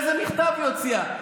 איזה מכתב היא הוציאה.